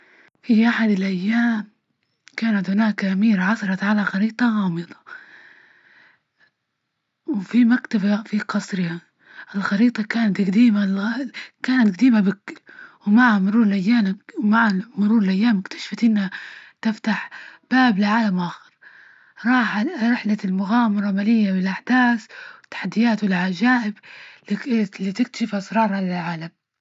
في أحد الأيام، كانت هناك أميرة عثرت على خريطة غامضة. وفي مكتبة، في قصرها الخريطة، كانت جديمة. كانت جديمة بك، ومع مرور- ومع مرور الأيام، اكتشفت إنها تفتح باب لعالم آخر. راح رحلة المغامرة مليئة بالاحداث والتحديات، والعجائب ال تكتشف اسرارها للعالم.